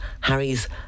Harry's